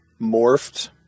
morphed